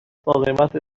باقیمت